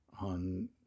on